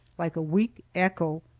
like a weak echo.